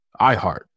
iHeart